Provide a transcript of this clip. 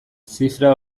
zifra